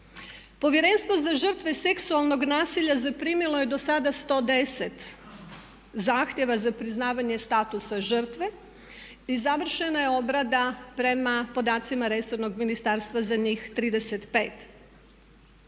Povjerenstvo za žrtve seksualnog nasilja zaprimilo je dosada 110 zahtjeva za priznavanje statusa žrtve i završena je obrada prema podacima resornog ministarstva za njih 35.